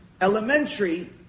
elementary